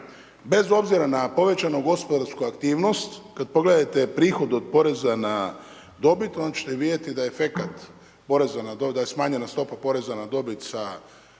bez obzira na povećanu gospodarsku aktivnost, kad, pogledajte prihod od poreza na dobit, onda će te vidjeti da je efekat poreza na, da